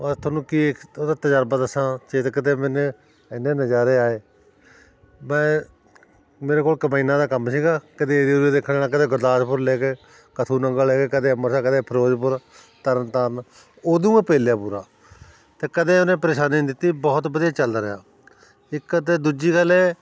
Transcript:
ਅ ਤੁਹਾਨੂੰ ਕੀ ਉਹਦਾ ਤਜਰਬਾ ਦੱਸਾ ਚੇਤਕ ਦੇ ਮੈਨੇ ਇੰਨੇ ਨਜ਼ਾਰੇ ਆਏ ਮੈਂ ਮੇਰੇ ਕੋਲ ਕੰਬਾਈਨਾਂ ਦਾ ਕੰਮ ਸੀਗਾ ਕਦੇ ਦੇਖਣ ਜਾਣਾ ਕਦੇ ਗੁਰਦਾਸਪੁਰ ਲੈ ਕੇ ਕੱਥੂ ਨੰਗਲ ਲੈ ਕੇ ਕਦੇ ਅੰਮ੍ਰਿਤਸਰ ਕਦੇ ਫਿਰੋਜ਼ਪੁਰ ਤਰਨ ਤਾਰਨ ਉਦੋਂ ਮੈਂ ਪੇਲਿਆ ਪੂਰਾ ਅਤੇ ਕਦੇ ਉਹਨੇ ਪਰੇਸ਼ਾਨੀ ਨਹੀਂ ਦਿੱਤੀ ਬਹੁਤ ਵਧੀਆ ਚੱਲਦਾ ਰਿਹਾ ਇੱਕ ਅਤੇ ਦੂਜੀ ਗੱਲ ਇਹ